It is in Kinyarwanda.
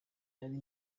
ari